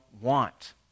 want